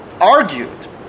argued